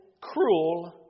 cruel